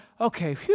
okay